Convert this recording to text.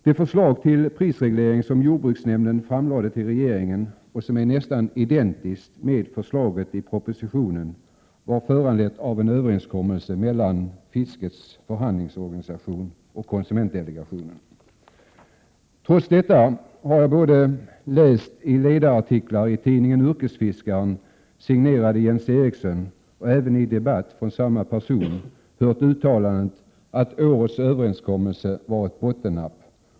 Det förslag till prisreglering som jordbruksnämnden framlade till regeringen och som är nästan identiskt med förslaget i propositionen, har föranletts av en överenskommelse mellan fiskets förhandlingsorganisation och konsumentdelegationen. Trots detta har jag både läst i ledarartiklar i tidningen Yrkesfiskaren signerade av Jens Eriksson och även i debatt hört uttalanden att årets överenskommelse var ett bottennapp.